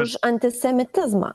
už antisemitizmą